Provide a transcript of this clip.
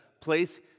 place